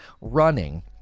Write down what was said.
running